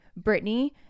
Britney